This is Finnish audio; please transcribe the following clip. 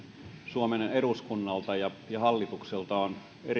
suomen eduskunnalta ja hallitukselta on